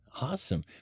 Awesome